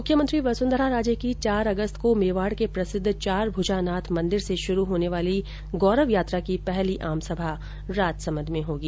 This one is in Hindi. मुख्यमंत्री वसुन्धरा राजे की चार अगस्त को मेवाड़ के प्रसिद्ध चारभुजानाथ मंदिर से शुरू होने वाली गौरव यात्रा की पहली आमसभा राजसमन्द में होगी